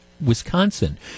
Wisconsin